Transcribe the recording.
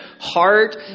heart